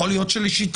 יכול להיות שלשיטתי,